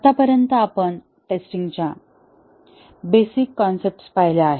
आतापर्यंत आपण टेस्टिंग च्या बेसिक कॉन्सेप्ट्स पहिल्या आहेत